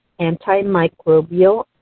antimicrobial